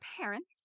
parents